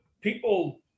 people